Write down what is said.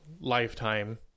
lifetime